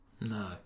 No